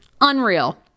unreal